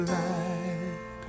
light